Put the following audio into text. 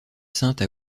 sainte